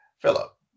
Philip